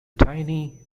tiny